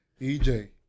EJ